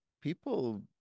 people